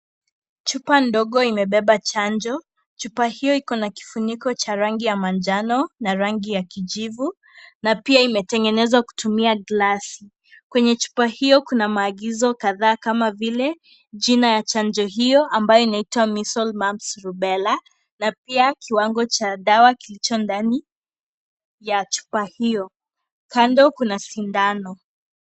Chupa ndogo imebeba chanjo, chupa hio ikona kifuniko cha rangi ya manjano na rangi ya kijivu na pia imetengenezwa kutumia glasi. Kwenye chupa hio kuna maagizo kadhaa kama vile jina ya chanjo hiyo ambayo inaitwa Measles mumps rubela na pia kiwango cha dawa kilicho ndani ya chupa hio kando kuna sindano.